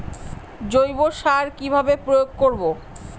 জৈব সার কি ভাবে প্রয়োগ করব?